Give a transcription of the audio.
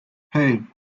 hey